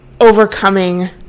overcoming